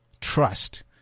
Trust